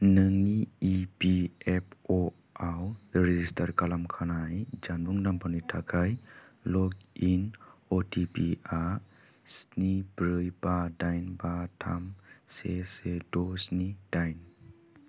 नोंनि इपिएफअआव रेजिस्टार खालाम खानाय जानबुं नम्बरनि थाखाय लग इन अटिपिआ स्नि ब्रै बा दाइन बा थाम से से द' स्नि दाइन